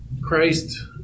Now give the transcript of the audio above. Christ